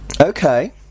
Okay